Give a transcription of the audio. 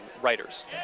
writers